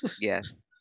Yes